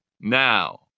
now